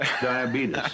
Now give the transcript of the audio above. Diabetes